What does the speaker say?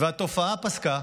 והתופעה פסקה.